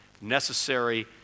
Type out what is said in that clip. necessary